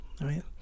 right